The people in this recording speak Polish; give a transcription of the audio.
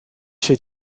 się